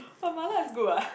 but mala is good what